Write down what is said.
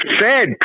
fed